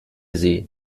sie